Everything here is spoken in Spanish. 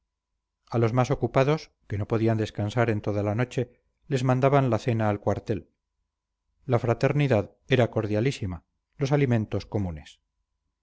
a los más ocupados que no podían descansar en toda la noche les mandaban la cena al cuartel la fraternidad era cordialísima los alimentos comunes